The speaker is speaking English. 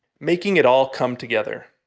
making it all come together.